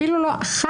אפילו לא אחת,